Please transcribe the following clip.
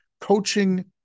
coaching